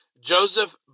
Joseph